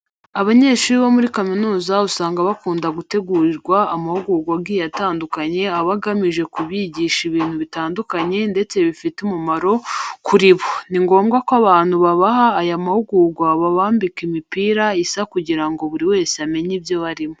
Abanyeshuri bo muri kaminuza usanga bakunda gutegurirwa amahugurwa agiye atandukanye aba agamije kubigisha ibintu bitanduanye ndetse bifite umumaro kuri bo. Ni ngombwa ko abantu babaha aya mahugurwa babambika imipira isa kugira ngo buri wese amenye ibyo barimo.